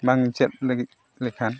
ᱵᱟᱝ ᱪᱮᱫ ᱞᱟᱹᱜᱤᱫ ᱞᱮᱠᱷᱟᱱ